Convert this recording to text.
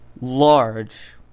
large